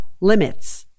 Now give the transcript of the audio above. limits